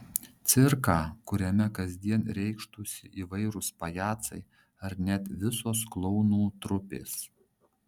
cirką kuriame kasdien reikštųsi įvairūs pajacai ar net visos klounų trupės